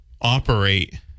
operate